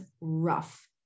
rough